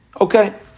okay